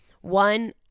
one